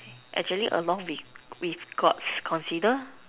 actually along with with gods consider